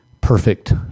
perfect